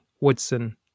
Woodson